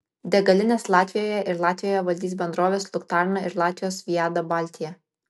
degalinės latvijoje ir latvijoje valdys bendrovės luktarna ir latvijos viada baltija